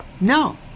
no